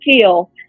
feel